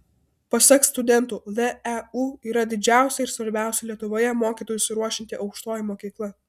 pasak studentų leu yra didžiausia ir svarbiausia lietuvoje mokytojus ruošianti aukštoji mokykla